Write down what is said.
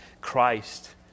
Christ